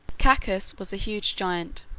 cacus was a huge giant,